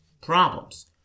problems